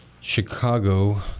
Chicago